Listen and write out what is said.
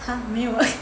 !huh! 没有啊